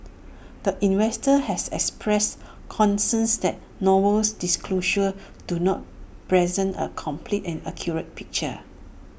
the investor has expressed concerns that Noble's disclosures do not present A complete and accurate picture